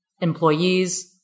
employees